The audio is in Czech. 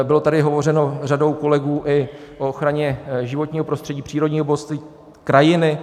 Bylo tady hovořeno řadou kolegů i o ochraně životního prostředí, přírodního bohatství krajiny.